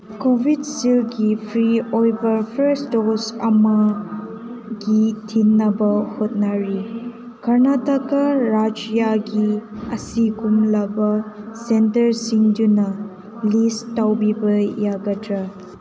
ꯀꯣꯕꯤꯁꯤꯜꯒꯤ ꯐ꯭ꯔꯤ ꯑꯣꯏꯕ first dose ꯑꯃ ꯑꯩ ꯊꯤꯅꯕ ꯍꯣꯠꯅꯔꯤ ꯀꯔꯅꯇꯥꯀꯥ ꯔꯥꯏꯖ꯭ꯌꯥꯒꯤ ꯑꯁꯤꯒꯨꯝꯂꯕ ꯁꯦꯟꯇꯔꯁꯤꯡꯗꯨ ꯂꯤꯁ ꯇꯧꯕꯤꯕ ꯌꯥꯒꯗ꯭ꯔꯥ